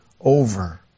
over